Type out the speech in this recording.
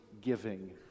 giving